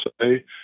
say